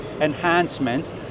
enhancements